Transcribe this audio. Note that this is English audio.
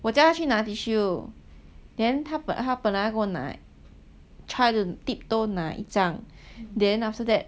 我叫他去拿 tissue then 他本来要跟我拿 try to tiptoe 拿一张 then after that